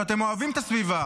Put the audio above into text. שאתם אוהבים את הסביבה,